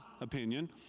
opinion